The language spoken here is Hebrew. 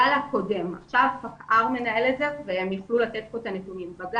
ההנחיות שלנו הן שמיד שקופת החולים מקבלת תשובה חיובית לגבי מבוטח שלה,